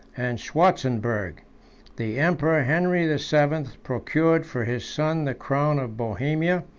and schwartzenburgh the emperor henry the seventh procured for his son the crown of bohemia,